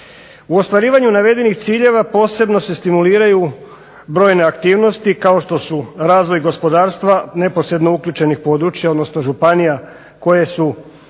U ostvarivanju navedenih ciljeva posebno se stimuliraju brojne aktivnosti kao što su razvoj gospodarstva neposredno uključenih područja odnosno županija, koje su